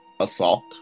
assault